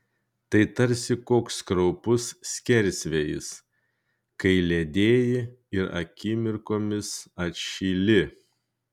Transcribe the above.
tai tarsi koks kraupus skersvėjis kai ledėji ir akimirkomis atšyli